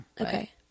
Okay